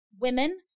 Women